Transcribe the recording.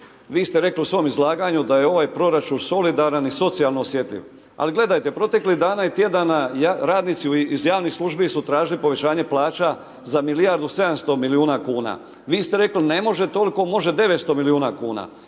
vi ste rekli u svom izlaganju da je ovaj proračun solidaran i socijalno osjetljiv. Ali gledajte, proteklih dana i tjedana radnici iz javnih službi su tražili povećanje plaća za milijardu 700 milijuna kuna. Vi ste rekli ne može toliko, može 900 milijuna kuna.